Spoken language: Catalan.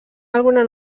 alguna